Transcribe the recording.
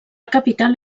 capital